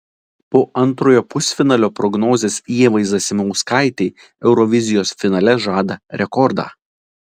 po antrojo pusfinalio prognozės ievai zasimauskaitei eurovizijos finale žada rekordą